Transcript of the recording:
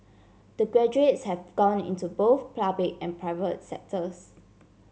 the graduates have gone into both public and private sectors